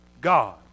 God